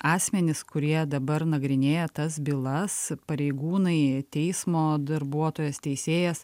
asmenys kurie dabar nagrinėja tas bylas pareigūnai teismo darbuotojas teisėjas